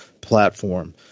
platform